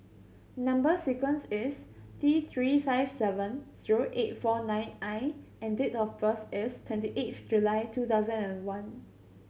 number sequence is T Three five seven zero eight four nine I and date of birth is twenty eighth July two thousand and one